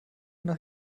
nach